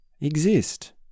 exist